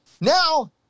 Now